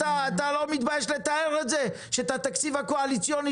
אתה לא מתבייש לתאר את זה שאת התקציב הקואליציוני